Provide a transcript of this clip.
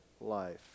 life